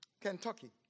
Kentucky